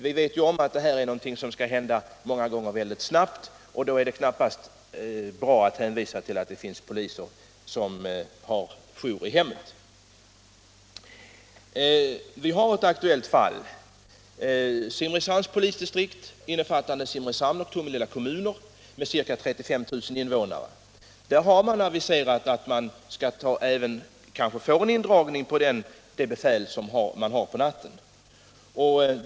Vi vet ju att det här många gånger gäller att handla mycket snabbt, och då är det knappast bra att hänvisa till att det finns poliser som har jour i hemmet. Vi har ett aktuellt fall. För Simrishamns polisdistrikt, innefattande Simrishamns och Tomelilla kommuner med ca 35 000 invånare, har det aviserats en eventuell indragning av det befäl som man har på natten.